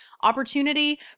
opportunity